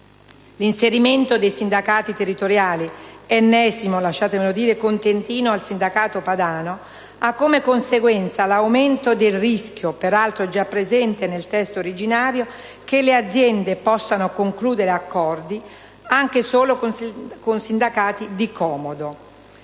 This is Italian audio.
L'inserimento dei "sindacati territoriali" (ennesimo contentino al Sindacato padano) ha come conseguenza l'aumento del rischio (peraltro già presente nel testo originario) che le aziende possano concludere accordi anche solo con sindacati di comodo.